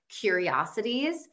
curiosities